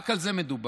רק על זה מדובר.